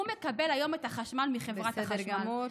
הוא מקבל היום את החשמל מחברת החשמל,